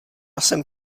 jsem